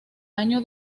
año